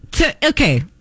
Okay